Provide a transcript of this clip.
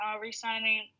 re-signing